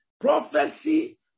prophecy